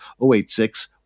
086